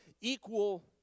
equal